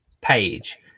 page